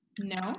No